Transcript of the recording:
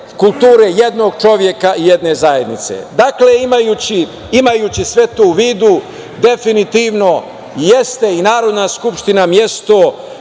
kulture jednog čoveka, jedne zajednice. Dakle, imajući sve to u vidu, definitivno jeste i Narodna skupština mesto